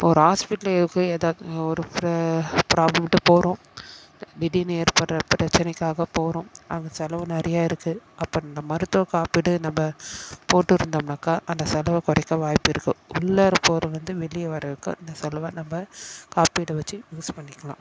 இப்போ ஒரு ஹாஸ்பிட்லு இருக்குது எதாவது ஒரு ஃப ப்ராப்ளம்ன்ட்டு போகிறோம் திடீர்ன்னு ஏற்படுற பிரச்சனைக்காக போகிறோம் அங்கே செலவு நிறையா இருக்குது அப்போ இந்த மருத்துவ காப்பீடு நம்ம போட்டு இருந்தோம்னாக்கா அந்த செலவை குறைக்க வாய்ப்பு இருக்குது உள்ளார போகிறதுலேருந்து வெளியே வர வரைக்கும் அந்த செலவை நம்ம காப்பீடு வச்சு யூஸ் பண்ணிக்கலாம்